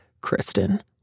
Kristen